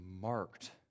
marked